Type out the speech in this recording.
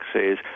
says